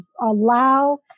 allow